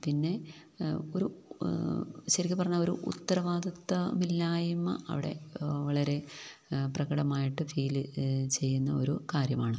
പിന്നെ ഒരു ശരിക്ക് പറഞ്ഞാല് ഒരു ഉത്തരവാദിത്തമില്ലായ്മ അവിടെ വളരെ പ്രകടമായിട്ട് ഫീല് ചെയ്യുന്ന ഒരു കാര്യമാണ്